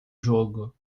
jogo